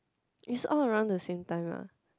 is all around the same time lah